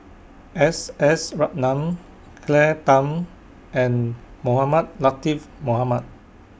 S S Ratnam Claire Tham and Mohamed Latiff Mohamed